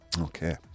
Okay